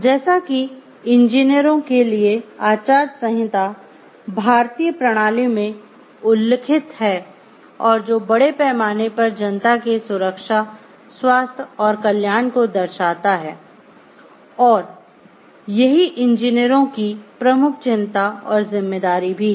जैसा कि इंजीनियरों के लिए आचार संहिता भारतीय प्रणाली में उल्लिखित है और जो बड़े पैमाने पर जनता के सुरक्षा स्वास्थ्य और कल्याण को दर्शाता है और यही इंजीनियरों की प्रमुख चिंता और जिम्मेदारी भी है